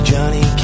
Johnny